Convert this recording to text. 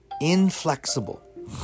inflexible